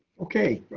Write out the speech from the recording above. okay,